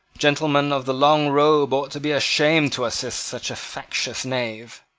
gentlemen of the long robe ought to be ashamed to assist such factious knaves.